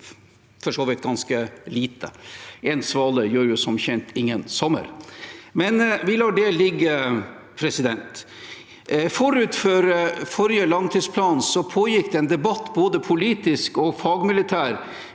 for så vidt ganske lite. Én svale gjør som kjent ingen sommer, men vi lar det ligge. Forut for den forrige langtidsplanen pågikk det en debatt, både politisk og fagmilitært,